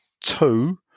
Two